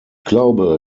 glaube